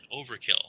Overkill